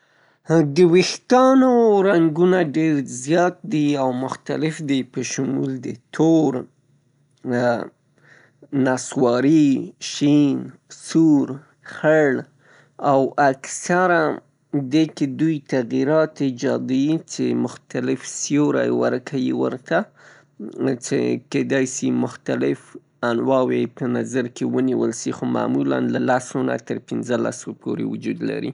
د ویښتانو رنګونه ډیر زیات دي او مختلف دي په شمول د تور، نصواري، شین، سور، خړ، او اکثره دېکې دویته تادیرات جادویي څې مختلف سیوری ورکیي ورته ، څې کیدای سي مختلف انواوې یې په نظر کې ونیول سي خو معمولاً له لسو نه تر پنځه لسو پورې وجود لري.